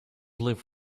live